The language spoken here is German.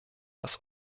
das